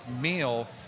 meal